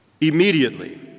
Immediately